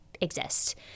exist